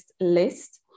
list